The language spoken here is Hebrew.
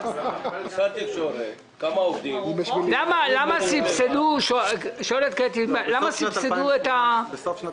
קטי שואלת למה סבסדו את ארוחות --- בסוף שנת